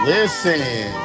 Listen